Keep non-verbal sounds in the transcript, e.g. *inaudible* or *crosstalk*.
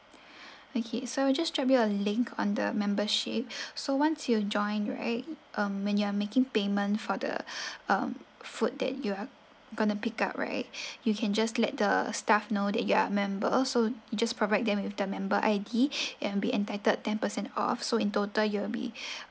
*breath* okay so I'll just drop you a link on the membership *breath* so once you join right um when you are making payment for the *breath* um food that you are going to pick up right *breath* you can just let the staff know that you are member so you just provide them with the member I_D *breath* and be entitled ten percent off so in total you'll be